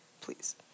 Please